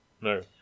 No